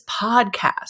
podcast